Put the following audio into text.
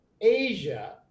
Asia